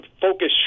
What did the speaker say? focus